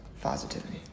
positivity